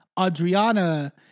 Adriana